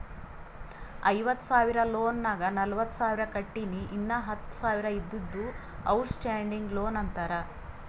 ಐವತ್ತ ಸಾವಿರ ಲೋನ್ ನಾಗ್ ನಲ್ವತ್ತ ಸಾವಿರ ಕಟ್ಟಿನಿ ಇನ್ನಾ ಹತ್ತ ಸಾವಿರ ಇದ್ದಿದ್ದು ಔಟ್ ಸ್ಟ್ಯಾಂಡಿಂಗ್ ಲೋನ್ ಅಂತಾರ